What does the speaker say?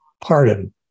pardon